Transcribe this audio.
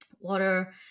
water